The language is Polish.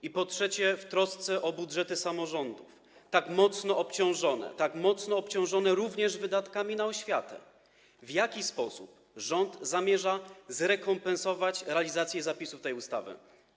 I, po trzecie, w trosce o budżety samorządów, tak mocno obciążone, tak mocno obciążone również wydatkami na oświatę, pytam, w jaki sposób rząd zamierza im zrekompensować realizację zapisów tej ustawy.